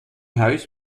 huis